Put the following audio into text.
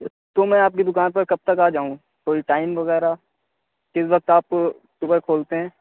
تو میں آپ کی دکان پر کب تک آ جاؤں کوئی ٹائم وغیرہ کس وقت آپ صبح کھولتے ہیں